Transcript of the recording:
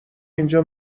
اینجا